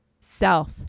self